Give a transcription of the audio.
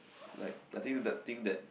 like I think that thing that